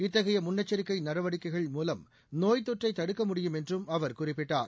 இத்தகைய முன்னெச்சிக்கை நடவடிக்கைகள் மூலம் நோய்த்தொற்றை தடுக்க முடியும் என்றும் அவர் குறிப்பிட்டார்